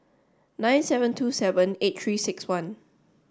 nine seven two seven eight three six one